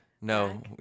No